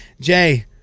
Jay